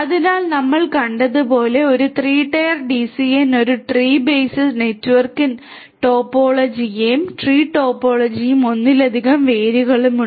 അതിനാൽ നമ്മൾ കണ്ടതുപോലെ ഒരു 3 ടയർ ഡിസിഎൻ ഒരു ട്രീ ബേസ്ഡ് നെറ്റ്വർക്ക് ടോപ്പോളജിയും ട്രീ ടോപ്പോളജിയിൽ ഒന്നിലധികം വേരുകളുമുണ്ട്